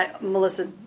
Melissa